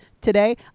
today